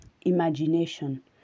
imagination